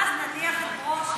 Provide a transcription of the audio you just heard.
ואז נדיח את ברושי.